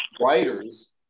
writers